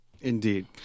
indeed